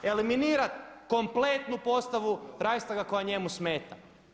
Eliminirat kompletnu postavu Reichstaga koja njemu smeta.